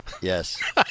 Yes